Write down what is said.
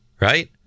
Right